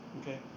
okay